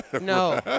No